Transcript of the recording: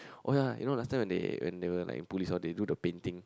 oh ya you know last time when they when they were like in police they do the painting